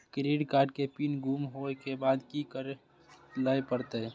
Credit card के pin गुम होय के बाद की करै ल परतै?